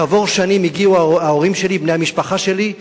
כעבור שנים הגיעו ההורים שלי, בני המשפחה שלי,